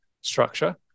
structure